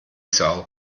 sau